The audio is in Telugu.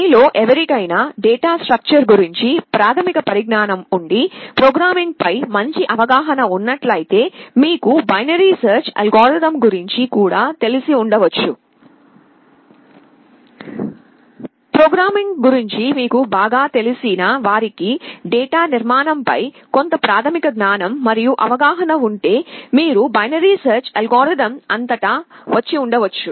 మీలో ఎవరికయినా డేటా స్ట్రక్చర్స్ గురించి ప్రాధమిక పరిజ్ఞానం ఉండి ప్రోగ్రామింగ్ ఫై మంచి అవగాహన ఉన్నట్లయితే మీకు బైనరి సెర్చ్ అల్గారిథమ్ గురించి కూడా తెలిసివుండవచ్చు ప్రోగ్రామింగ్ గురించి మీకు బాగా తెలిసిన వారికి డేటా నిర్మాణంపై కొంత ప్రాథమిక జ్ఞానం మరియు అవగాహన ఉంటే మీరు బైనరీ సెర్చ్ అల్గోరిథం అంతటా వచ్చి ఉండవచ్చు